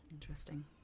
interesting